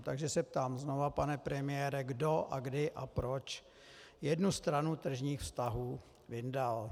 Takže se ptám znovu, pane premiére, kdo a kdy a proč jednu stranu tržních vztahů vyndal.